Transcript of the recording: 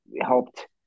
helped